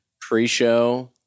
pre-show